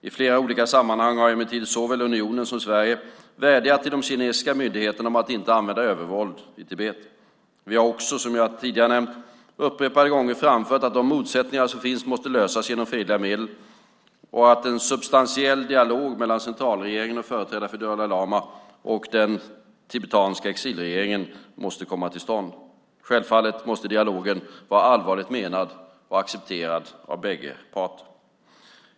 I flera olika sammanhang har emellertid såväl unionen som Sverige vädjat till de kinesiska myndigheterna om att inte använda övervåld i Tibet. Vi har också, som jag tidigare nämnt, upprepade gånger framfört att de motsättningar som finns måste lösas genom fredliga medel och att en substantiell dialog mellan centralregeringen och företrädare för Dalai lama och den tibetanska exilregeringen måste komma till stånd. Självfallet måste dialogen vara allvarligt menad och accepterad av båda parter.